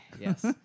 Yes